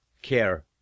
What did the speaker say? care